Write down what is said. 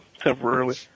temporarily